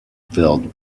filled